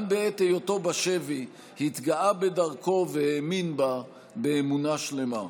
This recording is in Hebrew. גם בעת היותו בשבי התגאה בדרכו והאמין בה באמונה שלמה.